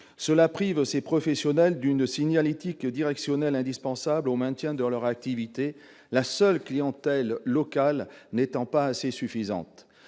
Elle prive des professionnels d'une signalétique directionnelle indispensable au maintien de leur activité, la seule clientèle locale n'étant pas suffisante.